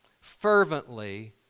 Fervently